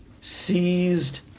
seized